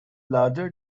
larger